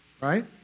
Right